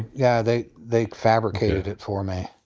yeah, they they fabricated it for me.